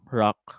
rock